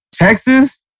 Texas